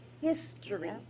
history